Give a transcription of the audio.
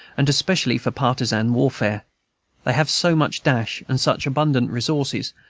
and especially for partisan warfare they have so much dash and such abundant resources,